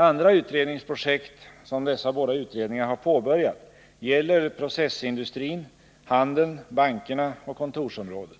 Andra utredningsprojekt, som dessa båda utredningar har påbörjat, gäller processindustrin, handeln, bankerna och kontorsområdet.